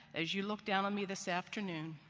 as you look down on me this afternoon,